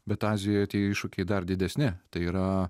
bet azijoje tie iššūkiai dar didesni tai yra